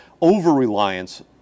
over-reliance